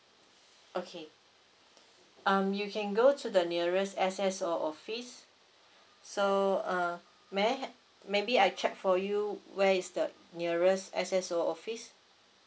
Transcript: okay um you can go to the nearest S_S_O office so uh may I had maybe I check for you where is the nearest S_S_O office